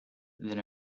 then